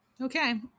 Okay